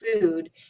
food